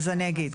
אז אני אגיד,